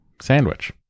sandwich